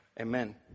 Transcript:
Amen